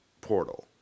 portal